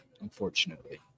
unfortunately